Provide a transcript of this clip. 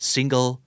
Single